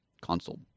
console